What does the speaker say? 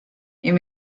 you